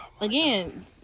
Again